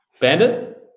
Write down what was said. Bandit